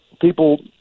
people